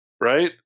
right